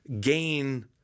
gain